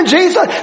Jesus